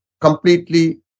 completely